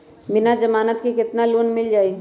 बिना जमानत के केतना लोन मिल जाइ?